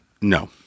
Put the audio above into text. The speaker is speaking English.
No